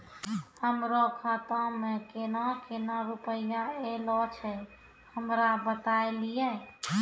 हमरो खाता मे केना केना रुपैया ऐलो छै? हमरा बताय लियै?